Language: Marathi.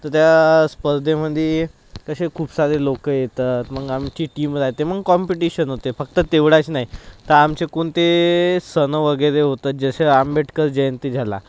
तर त्या स्पर्धेमध्ये तसे खूप सारे लोक येतात मग आमची टीम राहते मग कॉम्पिटीशन होते फक्त तेवढंच नाही तर आमचे कोणते सण वगैरे होतात जसा आंबेडकर जयंती झाला